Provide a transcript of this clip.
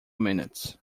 minutes